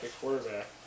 quarterback